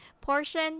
portion